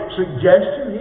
suggestion